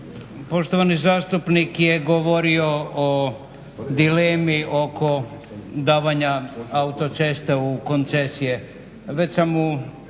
Poštovani zastupnik je govorio o dilemi oko davanja autoceste u koncesije već sam u